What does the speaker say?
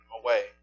away